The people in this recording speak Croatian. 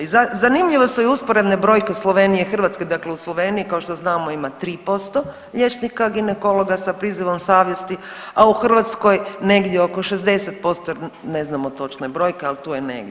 I zanimljivo su i usporedne brojke Slovenije i Hrvatske, dakle u Sloveniji, kao što znamo, ima 3% liječnika ginekologa sa prizivom savjesti, a u Hrvatskoj negdje oko 60% jer ne znamo točne brojke, ali tu je negdje.